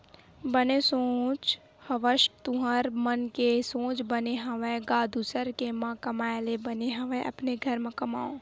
बने सोच हवस तुँहर मन के सोच बने हवय गा दुसर के म कमाए ले बने हवय अपने घर म कमाओ